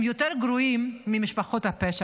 הם יותר גרועים ממשפחות הפשע.